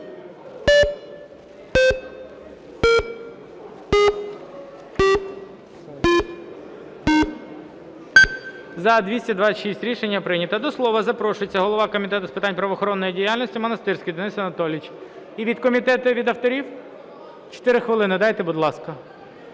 За-226 Рішення прийнято. До слова запрошується голова Комітету з питань правоохоронної діяльності Монастирський Денис Анатолійович. І від комітету, і від авторів? 4 хвилини дайте, будь ласка.